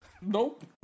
Nope